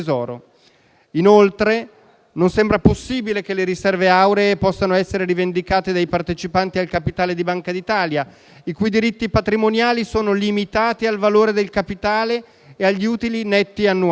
Tesoro. Non sembra possibile inoltre, che le riserve auree possano essere rivendicate dai partecipanti al capitale di Banca d'Italia, i cui diritti patrimoniali, come noto, sono limitati al valore del capitale e agli utili netti annuali.